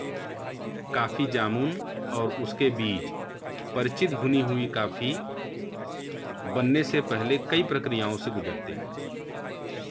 coffee जामुन और उनके बीज परिचित भुनी हुई कॉफी बनने से पहले कई प्रक्रियाओं से गुजरते हैं